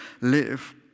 live